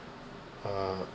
uh